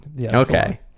Okay